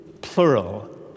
plural